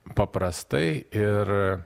paprastai ir